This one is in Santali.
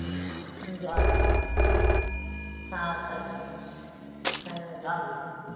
ᱡᱚᱦᱟᱨ ᱦᱮᱸ ᱟᱪᱪᱷᱟ ᱪᱷᱟ ᱦᱮᱸ ᱦᱚᱦᱟᱨ ᱜᱮ